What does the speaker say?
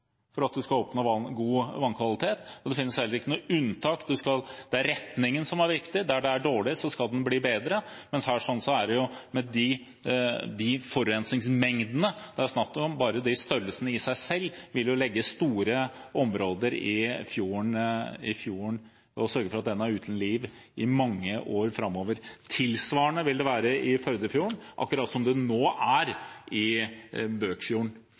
at man skal oppnå god vannkvalitet. Det er retningen som er viktig. Der den er dårlig, skal den bli bedre. De forurensingsmengdene det er snakk om her – bare disse størrelsene i seg selv – vil ligge i store områder av fjorden og sørge for at den er uten liv i mange år framover. Tilsvarende vil det være i Førdefjorden, akkurat slik som det nå er i Bøkfjorden.